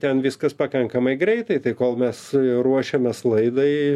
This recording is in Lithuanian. ten viskas pakankamai greitai tai kol mes ruošiamės laidai